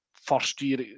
first-year